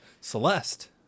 Celeste